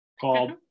called